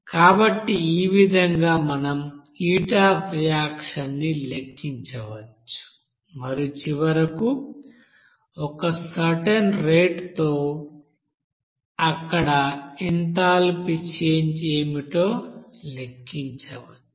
కాబట్టి ఈ విధంగా మనం హీట్ అఫ్ రియాక్షన్ ని లెక్కించవచ్చు మరియు చివరకు ఒక సర్టెన్ రేట్ తో అక్కడ ఎంథాల్పీ చేంజ్ ఏమిటో లెక్కించవచ్చు